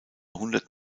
hundert